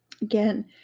again